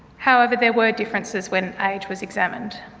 however, there were differences when age was examined.